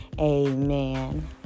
Amen